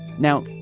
now,